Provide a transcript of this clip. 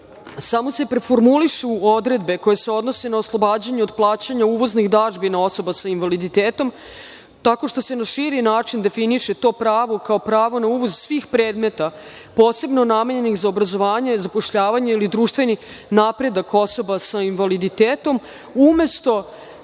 samo se preformulišu odredbe koje se odnose na oslobađanje od plaćanja uvoznih dažbina osoba sa invaliditetom, tako što se na širi način definiše to pravo kao pravo na uvoz svih predmeta, posebno namenjenih za obrazovanje i zapošljavanje ili društveni napredak osoba sa invaliditetom, umesto